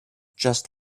just